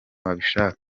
babishaka